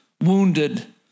wounded